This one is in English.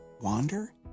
wander